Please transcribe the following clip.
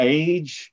age